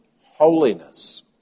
holiness